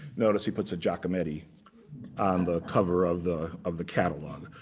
notice he puts a jack committee on the cover of the of the catalog.